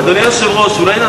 אדוני היושב-ראש, ועדת